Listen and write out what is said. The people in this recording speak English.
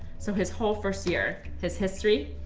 so his whole first year, his history,